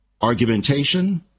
argumentation